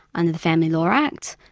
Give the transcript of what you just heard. under the family law act,